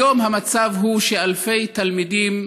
כיום המצב הוא שאלפי תלמידים